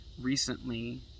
recently